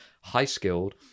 high-skilled